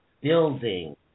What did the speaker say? building